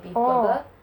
oh